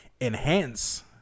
enhance